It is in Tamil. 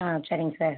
ஆ சரிங்க சார்